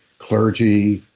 clergy,